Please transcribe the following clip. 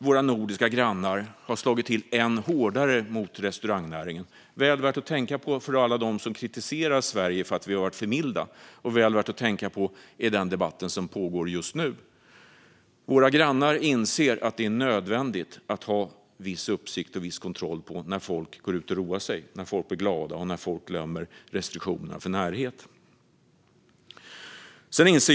Våra nordiska grannar har alltså slagit till ännu hårdare mot restaurangnäringen - väl värt att tänka på för alla dem som kritiserar Sverige för att vi har varit för milda och väl värt att tänka på i den debatt som pågår just nu. Våra grannar inser att det är nödvändigt att ha viss uppsikt och kontroll när folk går ut och roar sig, blir glada och glömmer restriktionerna för närhet.